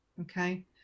okay